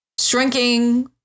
shrinking